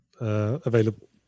available